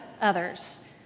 others